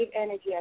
energy